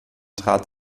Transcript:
trat